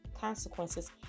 consequences